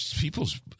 People's –